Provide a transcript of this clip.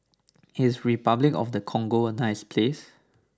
is Repuclic of the Congo a nice place